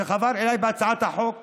שחבר אליי להצעת החוק הזו.